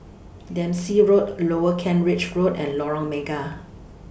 Dempsey Road Lower Kent Ridge Road and Lorong Mega